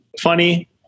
funny